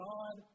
God